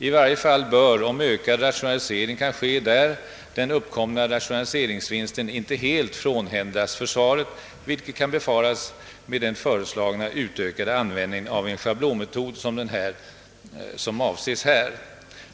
I varje fall bör, om ökad rationalisering där kan ske, den uppkomna rationaliseringsvinsten inte helt frånhändas försvaret, vilket kan befaras med den föreslagna utökade användningen av den schablonmetod, som avses här.